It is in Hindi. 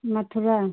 मथुरा